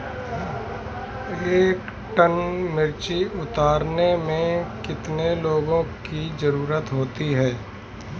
एक टन मिर्ची उतारने में कितने लोगों की ज़रुरत होती है?